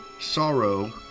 sorrow